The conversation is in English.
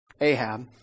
Ahab